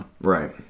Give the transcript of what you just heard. Right